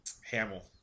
Hamill